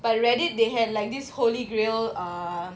but Reddit they had like this holy grail ah